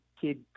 kid